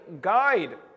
guide